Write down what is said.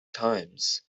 times